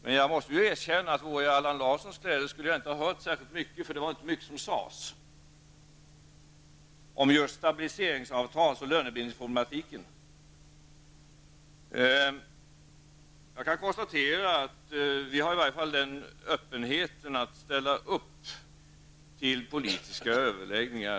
Men jag måste erkänna att jag, om jag vore i Allan Larssons kläder, inte skulle ha hört särskilt mycket -- det har ju inte sagts så mycket -- om just stabiliseringsavtals och lönebildningsproblematiken. Jag kan konstatera att vi i alla fall är öppna för politiska överläggningar.